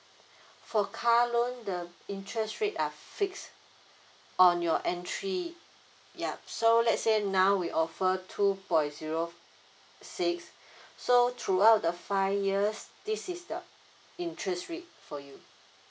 for car loan the interest rate are fixed on your entry yup so let's say now we offer two point zero six so throughout the five years this is the interest rate for you